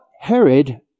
Herod